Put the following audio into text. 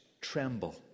tremble